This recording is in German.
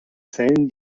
zellen